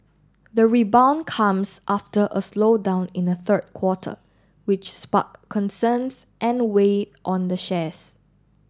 the rebound comes after a slowdown in the third quarter which sparked concerns and weighed on the shares